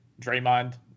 Draymond